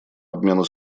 обмену